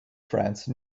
france